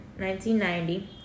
1990